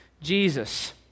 Jesus